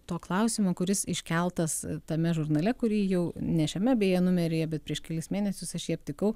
to klausimo kuris iškeltas tame žurnale kurį jau ne šiame beje numeryje bet prieš kelis mėnesius aš jį aptikau